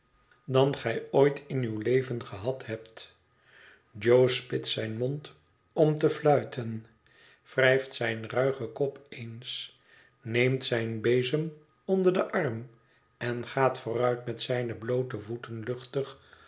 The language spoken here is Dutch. dan gij ooit in uw leven gehad hebt jo spitst zijn mond om te fluiten wrijft zijn ruigen kop eens neemt zijn bezem onder den arm en gaat vooruit met zijne bloote voeten luchtig